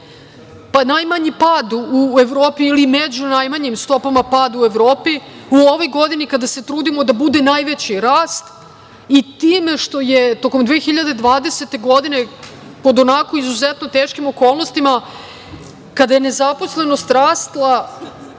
pa najmanji pad u Evropi ili među najmanjim stopama pada u Evropi. U ovoj godini kada se trudimo da bude najveći rast i time što je tokom 2020. godine pod onako izuzetno teškim okolnostima, kada je nezaposlenost rasla